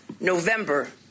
November